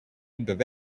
bavaria